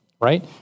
right